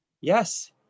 Yes